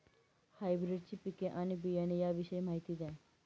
हायब्रिडची पिके आणि बियाणे याविषयी माहिती द्या